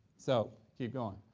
so keep going.